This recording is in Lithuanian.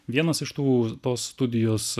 vienas iš tų tos studijos